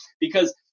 Because-